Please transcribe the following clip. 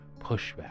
pushback